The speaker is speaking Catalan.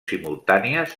simultànies